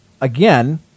Again